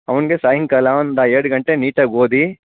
ಅವನ್ಗೆ ಸಾಯಂಕಾಲ ಒಂದು ಎರಡು ಗಂಟೆ ನೀಟಾಗಿ ಓದಿ